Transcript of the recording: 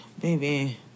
baby